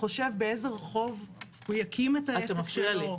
חושב באיזה רחוב הוא יקים את העסק שלו.